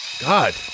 God